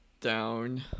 down